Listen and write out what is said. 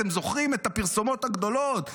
אתם זוכרים את הפרסומות הגדולות,